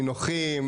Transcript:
נינוחים,